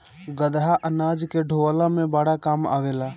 गदहा अनाज के ढोअला में बड़ा काम आवेला